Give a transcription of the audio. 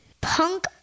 Punk